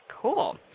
Cool